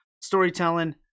storytelling